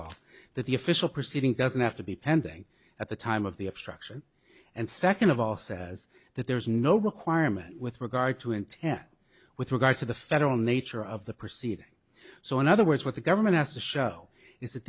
all that the official proceeding doesn't have to be pending at the time of the obstruction and second of all says that there is no requirement with regard to intent with regard to the federal nature of the proceeding so in other words what the government has to show is